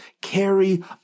carry